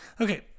Okay